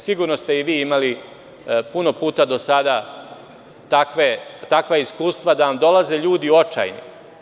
Sigurno ste i vi imali puno puta do sada takva iskustva da vam dolaze ljudi očajni.